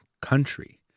country